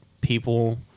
people